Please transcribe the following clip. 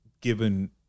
given